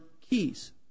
keys